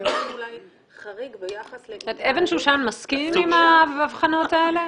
אומרים אולי חריג ביחס --- אבן שושן מסכים עם ההבחנות האלה?